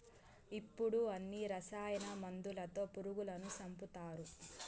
ఇప్పుడు అన్ని రసాయన మందులతో పురుగులను సంపుతారు